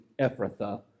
Ephrathah